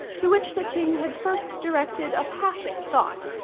to which the king had first directed a passing thought,